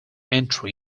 entry